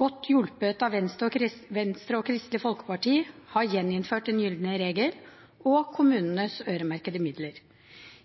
godt hjulpet av Venstre og Kristelig Folkeparti, har gjeninnført den gylne regel og kommunenes øremerkede midler.